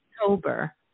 October